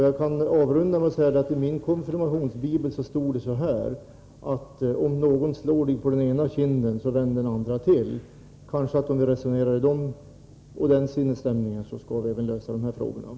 Jag kan avrunda med att säga att det i min konfirmationsbibel stod så här: Om någon slår dig på den ena kinden, så vänd den andra till. Kanske kan vi lösa de här frågorna om vi resonerar i den sinnesstämningen.